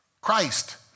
Christ